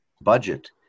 budget